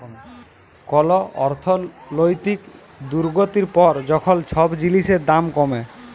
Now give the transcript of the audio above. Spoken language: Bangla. কল অর্থলৈতিক দুর্গতির পর যখল ছব জিলিসের দাম কমে